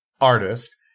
artist